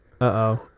Uh-oh